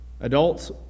Adults